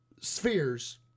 spheres